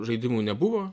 žaidimų nebuvo